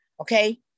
okay